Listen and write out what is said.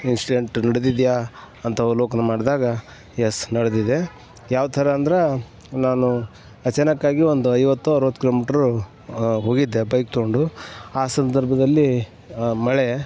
incident ನಡ್ದಿದೆಯಾ ಅಂತ ಅವಲೋಕನ ಮಾಡಿದಾಗ ಯಸ್ ನಡೆದಿದೆ ಯಾವ ಥರ ಅಂದ್ರೆ ನಾನು ಅಚಾನಕ್ಕಾಗಿ ಒಂದು ಐವತ್ತೋ ಅರವತ್ತು ಕಿಲೋಮೀಟರು ಹೋಗಿದ್ದೆ ಬೈಕ್ ತಗೊಂಡು ಆ ಸಂದರ್ಭದಲ್ಲಿ ಮಳೆ